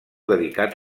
dedicat